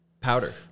powder